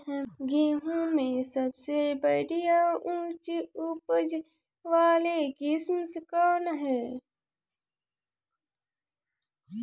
गेहूं में सबसे बढ़िया उच्च उपज वाली किस्म कौन ह?